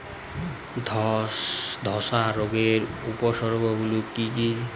ধসা রোগের উপসর্গগুলি কি কি?